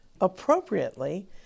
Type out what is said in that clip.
appropriately